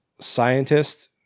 scientist